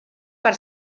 per